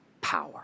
power